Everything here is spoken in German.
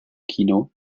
kino